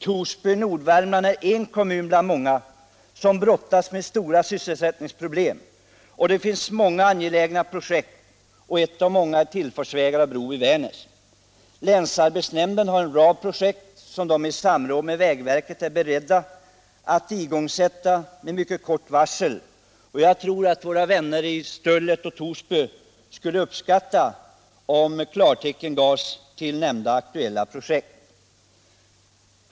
Torsby i Nordvärmland är en kommun bland många som brottas med stora sysselsättningsproblem, och där finns många angelägna projekt. Ett av dessa är tillfartsvägar och bro vid Värnäs. Länsarbetsnämnden har en rad projekt som den i samråd med vägverket är beredd att igångsätta med mycket kort varsel, och jag tror att våra vänner i Stöllet och Torsby skulle uppskatta om pengar ges till nämnda aktuella projekt.